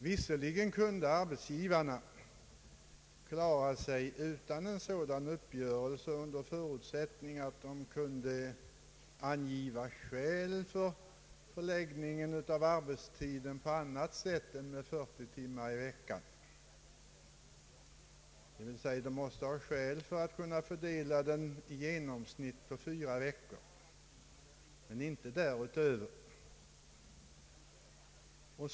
Visserligen kunde arbetsgivarna klara sig utan en sådan uppgörelse under förutsättning att de kunde angiva skäl för förläggningen av arbetstiden på annat sätt än med 40 timmar i veckan. Arbetstiden måste då fördelas på i genomsnitt fyra veckor men inte längre tid.